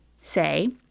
Say